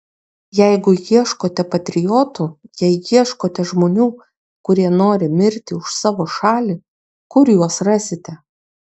jeigu ieškote patriotų jei ieškote žmonių kurie nori mirti už savo šalį kur juos rasite